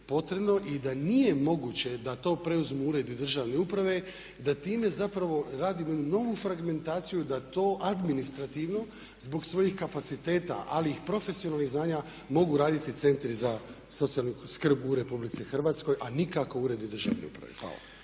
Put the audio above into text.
i da nije moguće da to preuzmu uredi državne uprave i da time zapravo radimo jednu novu fragmentaciju da to administrativno zbog svojih kapaciteta ali i profesionalnih znanja mogu raditi centri za socijalnu skrb u RH a nikako uredi državne uprave. Hvala.